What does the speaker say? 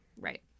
Right